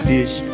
Dish